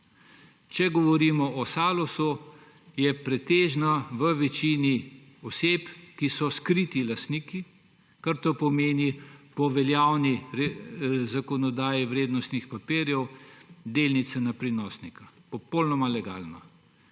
Če govorimo o Salusu, je pretežno v lasti oseb, ki so skriti lastniki, kar po veljavni zakonodaji vrednostnih papirjev pomeni delnice na prinosnika, popolnoma legalno.